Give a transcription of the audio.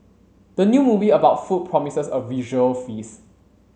the new movie about food promises a visual feast